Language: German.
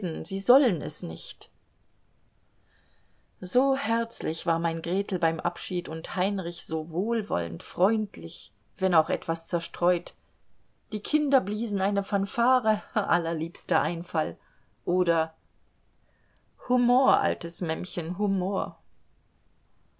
sie sollen es nicht so herzlich war mein gretel beim abschied und heinrich so wohlwollend freundlich wenn auch etwas zerstreut die kinder bliesen eine fanfare allerliebster einfall oder humor altes mämmchen humor